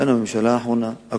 דהיינו, הממשלה הנוכחית,